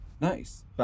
Nice